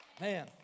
Man